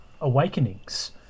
Awakenings